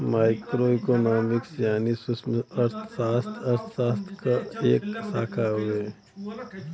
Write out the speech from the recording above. micro economics यानी सूक्ष्मअर्थशास्त्र अर्थशास्त्र क एक शाखा हउवे